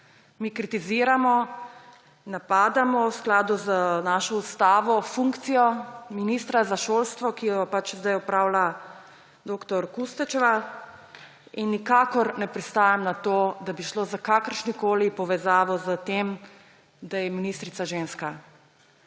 Mi kritiziramo, napadamo v skladu z našo ustavo funkcijo ministra za šolstvo, ki jo zdaj opravlja dr. Kustec; in nikakor ne pristajam na to, da bi šlo za kakršnokoli povezavo s tem, da je ministrica ženska.